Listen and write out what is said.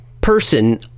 person